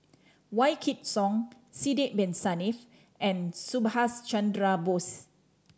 Wykidd Song Sidek Bin Saniff and Subhas Chandra Bose